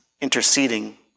interceding